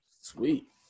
Sweet